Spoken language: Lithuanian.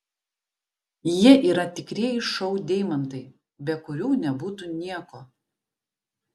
jie yra tikrieji šou deimantai be kurių nebūtų nieko